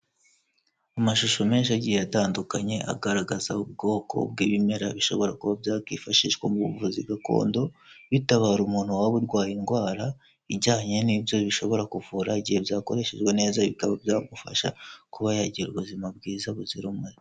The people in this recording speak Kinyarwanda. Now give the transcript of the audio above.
Amashusho menshi agiye atandukanye agaragaza ubwoko bw'ibimera bishobora kuba byakwifashishwa mu buvuzi gakondo ,bitabara umuntu waba urwaye indwara ijyanye n'ibyo bishobora kuvura ,igihe byakoreshejwe neza bikaba byamufasha kuba yagira ubuzima bwiza buzira umubiri.